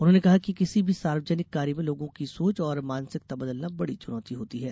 उन्होंने कहा कि किसी भी सार्वजनिक कार्य में लोगों की सोच और मानसिकता बदलना बड़ी चुनौती होती है